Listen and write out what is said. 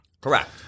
Correct